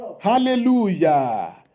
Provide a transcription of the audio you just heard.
Hallelujah